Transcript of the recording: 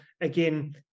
again